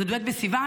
י"ב בסיוון,